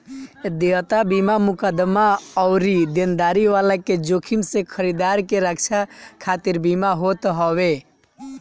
देयता बीमा मुकदमा अउरी देनदारी वाला के जोखिम से खरीदार के रक्षा खातिर बीमा होत हवे